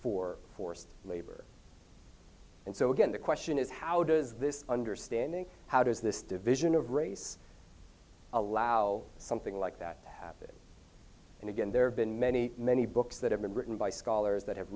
for forced labor and so again the question is how does this understanding how does this division of race allow something like that to happen and again there have been many many books that have been written by scholars that have